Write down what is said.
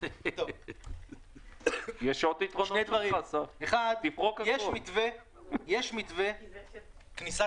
הכול תוכנן ואפילו קיבל אור ירוק עקרוני במשרד